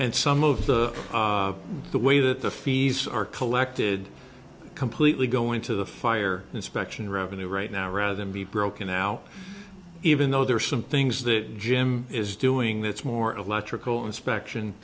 and some of the the way that the fees are collected completely go into the fire inspection revenue right now rather than be broken now even though there are some things that jim is doing that's more electrical inspection